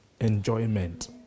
enjoyment